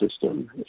system